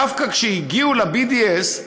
דווקא כשהגיעו ל-BDS,